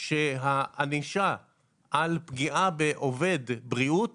שהענישה על פגיעה בעובד בריאות